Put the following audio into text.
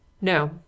No